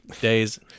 days